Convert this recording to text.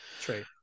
True